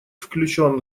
включен